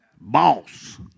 boss